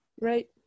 right